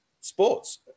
sports